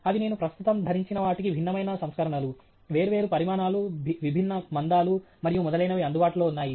అవి నేను ప్రస్తుతం ధరించిన వాటికి భిన్నమైన సంస్కరణలు వేర్వేరు పరిమాణాలు విభిన్న మందాలు మరియు మొదలైనవి అందుబాటులో ఉన్నాయి